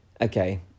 Okay